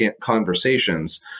conversations